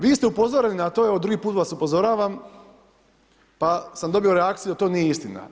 Vi ste upozoreni na to, evo, drugi put vas upozoravam, pa sam dobio reakciju da to nije istina.